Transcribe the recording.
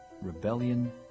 rebellion